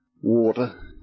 water